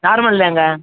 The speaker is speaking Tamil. நார்மல் தாங்க